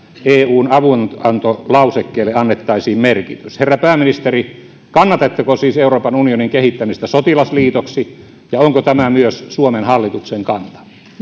eun avunantolausekkeelle annettaisiin merkitys herra pääministeri kannatatteko siis euroopan unionin kehittämistä sotilasliitoksi ja onko tämä myös suomen hallituksen kanta